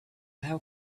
how